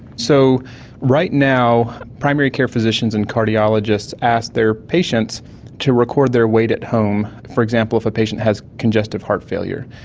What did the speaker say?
so right now primary care physicians and cardiologists ask their patients to record their weight at home. for example if a patient has congestive heart failure,